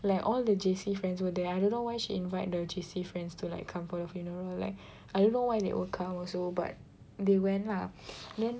like all the J_C friends were there I don't know why she invite the J_C friends to like come for the funeral like I don't know why they will come also but they went lah then